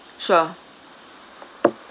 sure